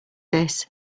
this